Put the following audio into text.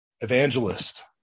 Evangelist